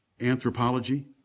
anthropology